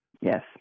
Yes